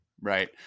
Right